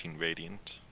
Radiant